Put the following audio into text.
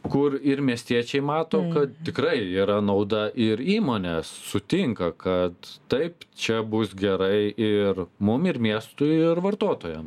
kur ir miestiečiai mato kad tikrai yra nauda ir įmonės sutinka kad taip čia bus gerai ir mum ir miestui ir vartotojam